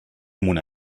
mona